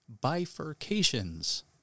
bifurcations